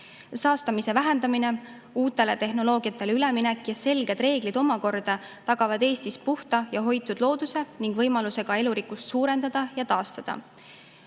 Saastamise vähendamine, uuele tehnoloogiale üleminek ja selged reeglid omakorda tagavad Eestis puhta ja hoitud looduse ning ka võimaluse elurikkust suurendada ja taastada.